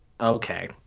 okay